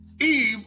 Eve